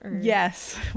yes